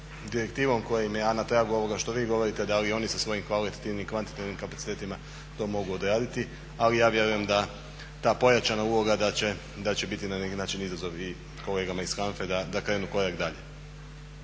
direktivom, a na tragu ovoga što vi govorite da li oni sa svojim kvalitativnim i kvantitativnim kapacitetima to mogu odraditi, ali ja vjerujem da ta pojačana uloga da će biti na neki način izazov i kolegama iz HANFA-e da krenu korak dalje.